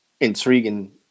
intriguing